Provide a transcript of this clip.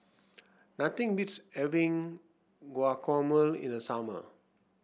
nothing beats having Guacamole in the summer